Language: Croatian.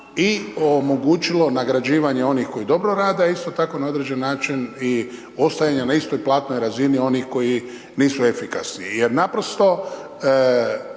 i omogućilo nagrađivanje onih koji dobro rade a isto tako na određen način ostajanje na istoj platnoj razini onih koji nisu efikasni. Jer naprosto